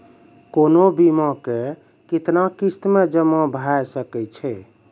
कोनो भी बीमा के कितना किस्त मे जमा भाय सके छै?